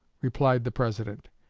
replied the president,